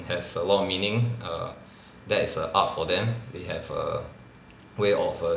has a lot of meaning err that is a art for them they have a way of err